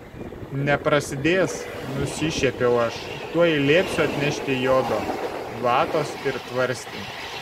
neprasidės nusišiepiau aš tuoj liepsiu atnešti jodo vatos ir tvarstį